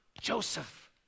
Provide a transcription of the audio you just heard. Joseph